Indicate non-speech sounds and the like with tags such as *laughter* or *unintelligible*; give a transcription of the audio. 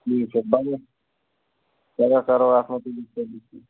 ٹھیٖک چھُ پَگاہ کَرو اَتھ متعلق *unintelligible*